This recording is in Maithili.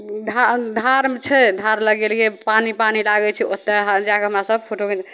धाल धारमे छै धार लग गेलिए पानि पानि लागै छै ओतए हाल जाके हमरासभ फोटो घिचि